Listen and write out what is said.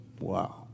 Wow